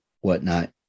whatnot